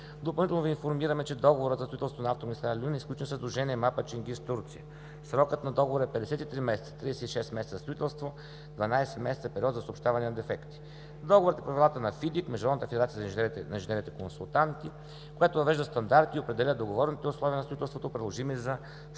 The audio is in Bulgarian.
Допълнително Ви информираме, че договорът за строителство на автомагистрала „Люлин“ е сключен със сдружение „Мапа Ченгиз“ – Турция. Срокът на договора е 53 месеца – 36 месеца строителство, 12 месеца период за съобщаване на дефекти. Договорът и правилата на ФИДИК – Международната организация на инженерите-консултанти, която въвежда стандарти и определя договорените условия на строителството, приложими за строителните